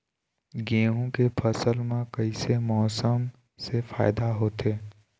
गेहूं के फसल म कइसे मौसम से फायदा होथे?